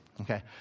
Okay